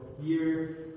year